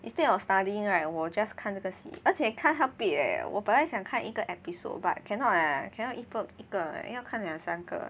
instead of studying right 我 will just 看那个戏而且看 half week eh 我本来想开一个 episode but cannot lah cannot 一个一个要看两三个